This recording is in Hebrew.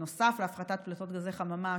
נוסף להפחתת פליטות גזי חממה,